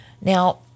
Now